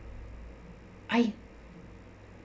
I